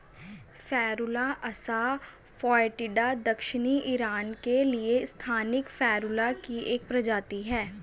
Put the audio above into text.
Ferula asa foetida दक्षिणी Iran के लिए स्थानिक फेरुला की एक प्रजाति है